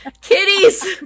kitties